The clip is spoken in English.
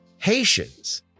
Haitians